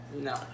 No